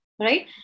right